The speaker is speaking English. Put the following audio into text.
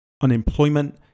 Unemployment